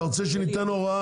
אתה רוצה שהם ייתנו הוראה,